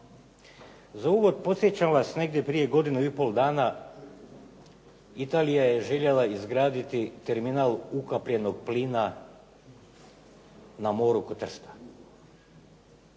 Za uvod podsjećam vas negdje prije godinu i pol dana Italija je željela izgraditi terminal ukapljenog plina na moru kod Trsta.